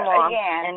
again